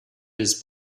his